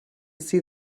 see